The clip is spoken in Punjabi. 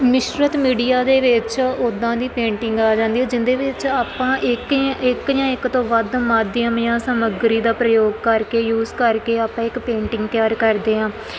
ਮਿਸ਼ਰਤ ਮੀਡੀਆ ਦੇ ਵਿੱਚ ਉੱਦਾਂ ਦੀ ਪੇਂਟਿੰਗ ਆ ਜਾਂਦੀ ਜਿਹਦੇ ਵਿੱਚ ਆਪਾਂ ਇੱਕ ਇੱਕ ਜਾਂ ਇੱਕ ਤੋਂ ਵੱਧ ਮਾਧਿਅਮ ਜਾਂ ਸਮੱਗਰੀ ਦਾ ਪ੍ਰਯੋਗ ਕਰਕੇ ਯੂਜ ਕਰਕੇ ਆਪਾਂ ਇੱਕ ਪੇਂਟਿੰਗ ਤਿਆਰ ਕਰਦੇ ਹਾਂ